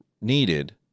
needed